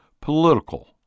political